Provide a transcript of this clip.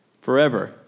forever